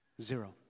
Zero